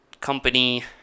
company